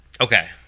Okay